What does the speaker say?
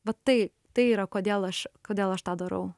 va tai tai yra kodėl aš kodėl aš tą darau